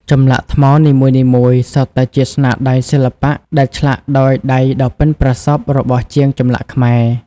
ចម្លាក់ថ្មនីមួយៗសុទ្ធតែជាស្នាដៃសិល្បៈដែលឆ្លាក់ដោយដៃដ៏ប៉ិនប្រសប់របស់ជាងចម្លាក់ខ្មែរ។